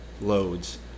loads